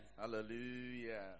Hallelujah